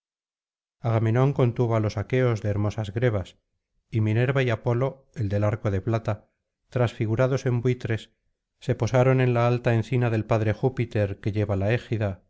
agamenón contuvo á los aqueos de hermosas grebas y minerva y apolo el del arco de plata transfigurados en buitres se posaron en la alta encina del padre júpiter que lleva la égida